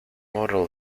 model